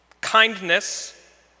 kindness